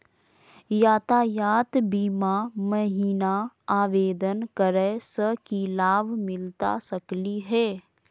यातायात बीमा महिना आवेदन करै स की लाभ मिलता सकली हे?